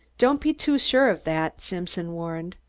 don't be too sure of that! simpson warned.